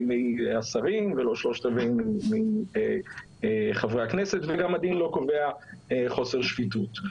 מהשרים ולא 3/4 מחברי הכנסת וגם הדין לא קובע חוסר שפיטות.